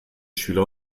schüler